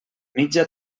mitja